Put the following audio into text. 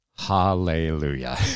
Hallelujah